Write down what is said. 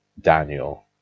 Daniel